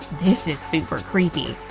this is super creepy!